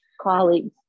colleagues